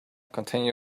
continue